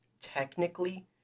technically